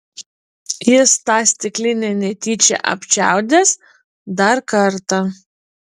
jis tą stiklinę netyčia apčiaudės dar kartą